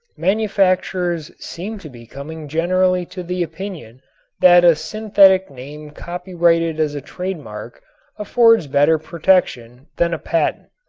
manufacturers seem to be coming generally to the opinion that a synthetic name copyrighted as a trademark affords better protection than a patent.